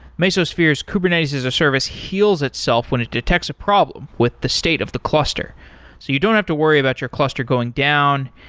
mesosphere's kubernetes as a service heals itself when it detects a problem with the state of the cluster, so you don't have to worry about your cluster going down.